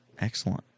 Excellent